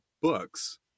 books